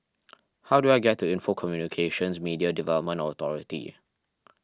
how do I get to Info Communications Media Development Authority